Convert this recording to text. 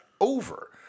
over